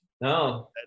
No